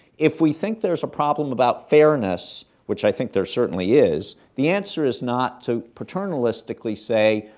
if we think there's a problem about fairness, which i think there certainly is, the answer is not to paternalistically say,